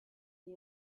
the